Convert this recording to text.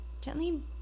gently